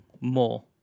more